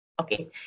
okay